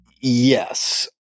Yes